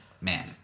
man